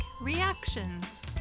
Reactions